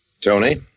Tony